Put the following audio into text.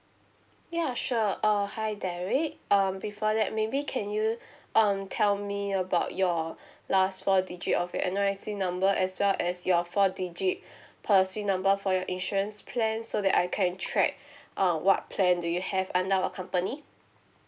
ya sure uh hi derek um before that maybe can you um tell me about your last four digit of your N_R_I_C number as well as your four digit policy number for your insurance plan so that I can track uh what plan do you have under our company